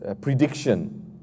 prediction